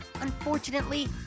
Unfortunately